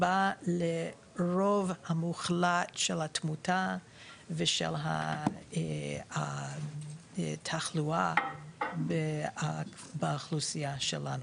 הסיבה לרוב המוחלט של התמותה ושל התחלואה באוכלוסייה שלנו.